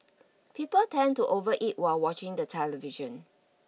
people tend to overeat while watching the television